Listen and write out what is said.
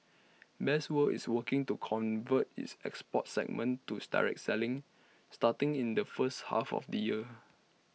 best world is working to convert its export segment to the direct selling starting in the first half of the year